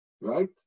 Right